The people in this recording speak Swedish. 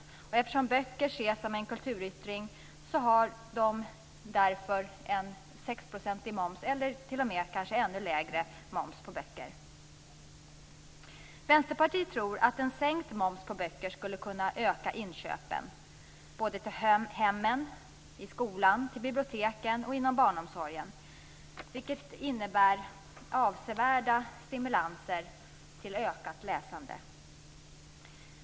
Eftersom böcker ses som en kulturyttring har de en 6-procentig moms eller t.o.m. en ännu lägre moms. Vänsterpartiet tror att en sänkt moms på böcker skulle kunna öka inköpen, till hemmen, i skolan, till biblioteken och inom barnomsorgen, vilket innebär avsevärda stimulanser till ökat läsande.